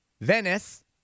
Venice